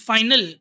Final